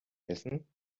essen